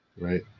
right